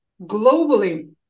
globally